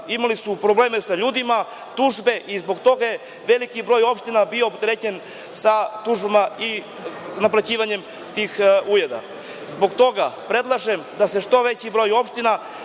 imali su probleme sa ljudima, i zbog toga je veliki broj opština bio opterećen sa tužbama i naplaćivanjem tih ujeda. Zbog toga, predlažem da se u što veći broj opština